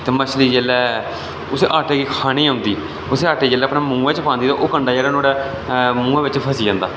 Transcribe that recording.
ते मछली जेल्लै उसी आटे गी खाने गी औंदी उसी आटे गी जेल्लै अपने मुहैं च पांदी ते कंडा मूहें बिच फसी जंदा